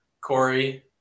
Corey